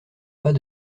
pas